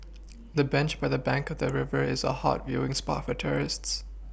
the bench by the bank of the river is a hot viewing spot for tourists